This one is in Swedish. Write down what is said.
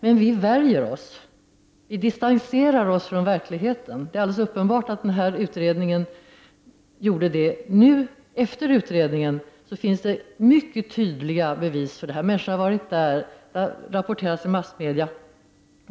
Men vi värjer oss. Vi distanserar oss från verkligheten. Det är alldeles uppenbart att utredningen gjort detta. Nu efter utredningen finns det mycket tydliga bevis på detta. Människor har varit där, och det har rapporterats i massmedia.